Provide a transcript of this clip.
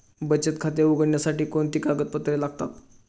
बचत खाते उघडण्यासाठी कोणती कागदपत्रे लागतात?